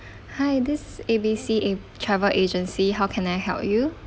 hi this A B C a~ travel agency how can I help you